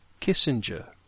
Kissinger